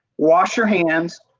wash your hands,